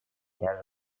даже